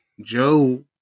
Joe